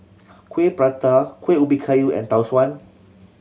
kuih prata Kuih Ubi Kayu and Tau Suan